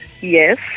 Yes